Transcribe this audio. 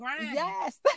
yes